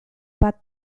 bat